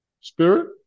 spirit